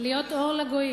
"להיות אור לגויים"